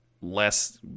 less